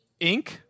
Inc